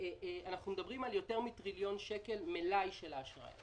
אנחנו מדברים על יותר מטריליון שקל מלאי של האשראי.